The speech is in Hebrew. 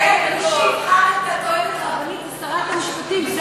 נא לדייק: מי שיבחר את הטוענת הרבנית זו שרת המשפטים.